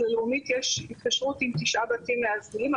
אז ללאומית יש התקשרות עם 9 בתים מאזנים.